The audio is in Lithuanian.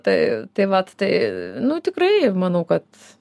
tai tai va tai nu tikrai manau kad